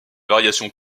variations